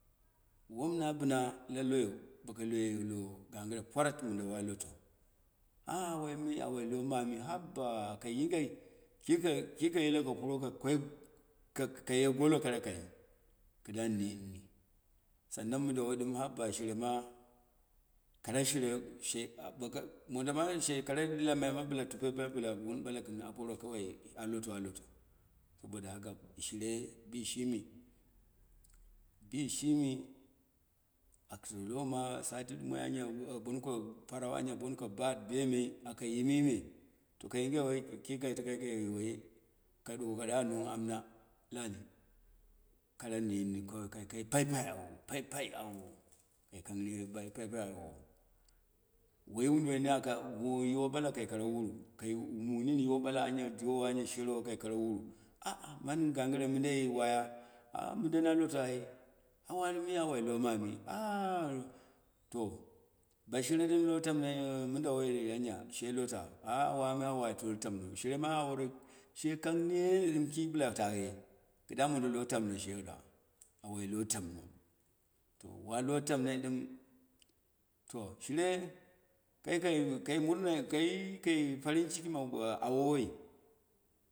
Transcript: Wom na bɨna la longo, boko wi lowo ha gɨre pwarat mɨ dawo a loto, a a wa imi a wai lomami, habba kai yinge kika yile ko puro ka koi, ka kaye golo kakara kai, kɨra nen ni, san nan mɨdawo ɗɨn shirema kara shire she modoma shekara kammal ma bɨla tuke pa, bɨla wun ɓala ko aporo kawai a loto aloto saboda haka shire bishimi bishimi bma sati ɗumai anya banto parau banko bat bemei aka yimi me to yinge wei ki kai takai kai nzei, kaɗu wo ko ɗa nong amma lahi, kara nenni kawai, kai pai pai awowo, pai pai awowo, kai kang nen pai pai awowo, woi woduwo niniu aka bau yiwo ɓala kai kara wuru, kai mu mini yiwo ɓala anya sherewo kai karawuru man gagire mɨn dai waya gagɨre mɨndan a loto ai a wan nti mi? A wanni loma mi to ba shire ɗɨm lo tamno mɨnda woi anya she lota wami a watro lotanno, shima awor, shekang nenni ɗɨm ki bɨla kaye, kɨda modo lotamno she kwa, a wai to tamno, to wa lo tam noi ɗɨm, to shire, kai kai murnai kai kai farin ciki ma awo woi.